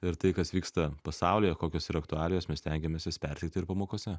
ir tai kas vyksta pasaulyje kokios yra aktualijos mes stengiamės jas perteikti ir pamokose